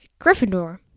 Gryffindor